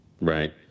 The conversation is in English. Right